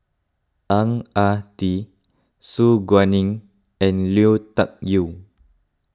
Ang Ah Tee Su Guaning and Lui Tuck Yew